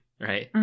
right